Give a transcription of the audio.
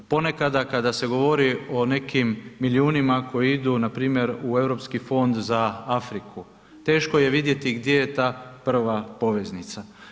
Ponekada kada se govori o nekim milijunima koji idu npr. u europski fond za Afriku, teško je vidjeti gdje je ta prva poveznica.